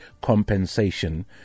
compensation